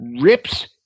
rips